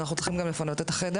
ואנחנו גם צריכים לפנות את החדר.